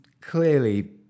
clearly